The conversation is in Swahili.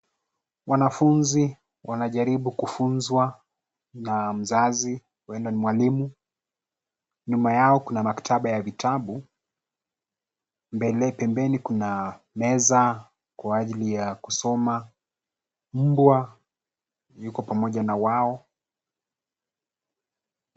Wanafunzi, wanajaribu kufunzwa, na mzazi, huenda ni mwalimu. Nyuma yao kuna maktaba ya vitabu, mbele pembeni kuna, meza, kwa ajili ya kusoma. Mbwa, yuko pamoja na wao.